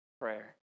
prayer